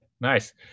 nice